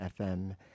FM